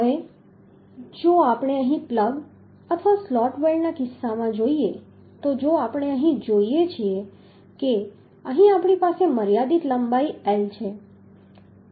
હવે જો આપણે અહીં પ્લગ અથવા સ્લોટ વેલ્ડના કિસ્સામાં જોઈએ તો જો આપણે અહીં જોઈએ કે અહીં આપણી પાસે મર્યાદિત લંબાઈ L છે